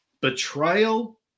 betrayal